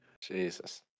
jesus